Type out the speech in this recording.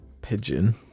Pigeon